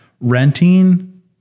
renting